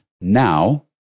Now